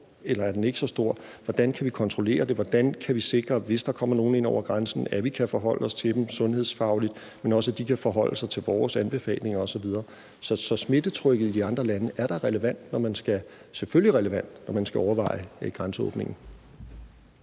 eller ikke så stor. Hvordan kan vi kontrollere det? Hvordan kan vi sikre, hvis der kommer nogle ind over grænsen, at vi kan forholde os til dem sundhedsfagligt, men også, at de kan forholde sig til vores anbefalinger osv.? Så smittetrykket i de andre lande er da selvfølgelig relevant, når man skal overveje grænseåbningen.